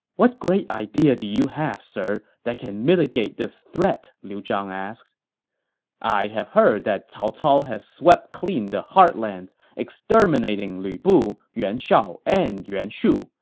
what great idea do you have, sir, that can mitigate this threat? liu zhang asked i have heard that cao cao has swept clean the heartlands, exterminating lu bu, yuan shao, and yuan shu,